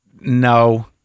No